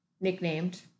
nicknamed